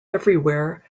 everywhere